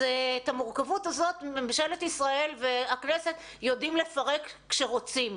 אז את המורכבות הזאת ממשלת ישראל והכנסת יודעים לפרק כשרוצים.